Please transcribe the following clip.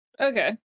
Okay